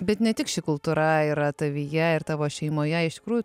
bet ne tik ši kultūra yra tavyje ir tavo šeimoje iš tikrųjų